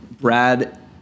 Brad